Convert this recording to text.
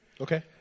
Okay